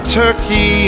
turkey